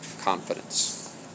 confidence